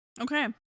Okay